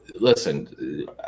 listen